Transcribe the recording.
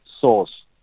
source